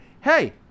hey